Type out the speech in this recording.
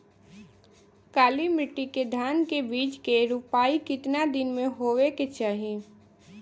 काली मिट्टी के धान के बिज के रूपाई कितना दिन मे होवे के चाही?